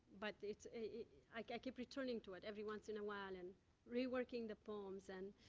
but it's i keep returning to it every once in a while and reworking the poems. and